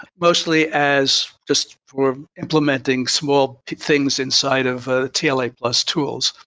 mostly as just for implementing small things inside of ah tla like plus tools.